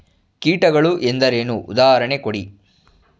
ಕೀಟಗಳು ಎಂದರೇನು? ಉದಾಹರಣೆ ಕೊಡಿ?